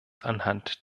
anhand